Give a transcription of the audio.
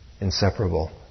inseparable